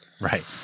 Right